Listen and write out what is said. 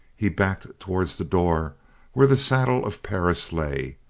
he backed towards the door where the saddle of perris lay,